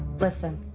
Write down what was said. listen,